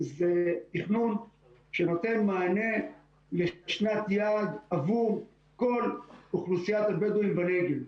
זה תכנון שנותן מענה לשנת יעד עבור כל אוכלוסיית הבדואים בנגב.